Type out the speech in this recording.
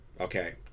Okay